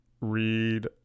read